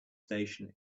station